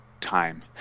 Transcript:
time